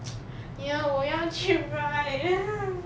ya 我要去 ride